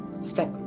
step